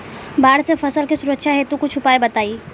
बाढ़ से फसल के सुरक्षा हेतु कुछ उपाय बताई?